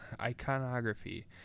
iconography